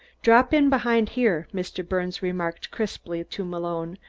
drop in behind here, mr. birnes remarked crisply to malone,